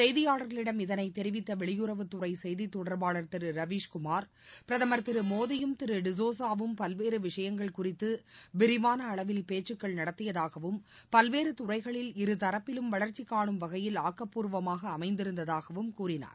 செய்தியாளர்களிடம் இதை தெரிவித்த வெளியுறவுத்துறை செய்தித் தொடர்பாளர் திரு ரவீஸ்குமார் பிரதமர் திரு மோடியும் திரு டிஸோசாவும் பல்வேறு விஷயங்கள் குறித்து விரிவான அளவில் பேச்சுகள் நடத்தியதாகவும் பல்வேறு துறைகளில் இருதரப்பிலும் வளர்ச்சி கானும் வகையில் ஆக்கப்பூர்வமாக அமைந்திருந்தாகவும் கூறினார்